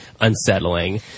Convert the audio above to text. unsettling